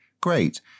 Great